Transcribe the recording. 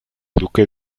duque